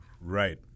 Right